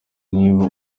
niba